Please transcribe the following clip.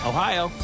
Ohio